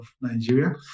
Nigeria